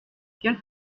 quel